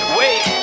wait